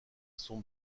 sont